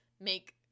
make